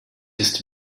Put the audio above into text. ist